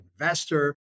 investor